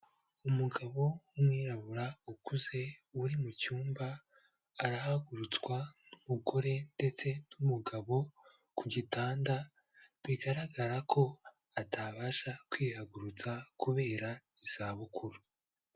Umugabo w'umwirabura ukuze uri mu cyumba, arahagurutswa n'umugore ndetse n'umugabo, ku gitanda bigaragara ko atabasha kwihagurutsa kubera izabukuru.